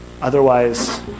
Otherwise